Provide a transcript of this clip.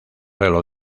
reloj